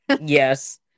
Yes